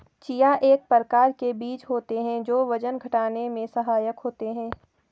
chia एक प्रकार के बीज होते हैं जो वजन घटाने में सहायक होते हैं